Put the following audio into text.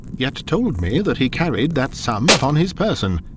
yet told me that he carried that sum upon his person!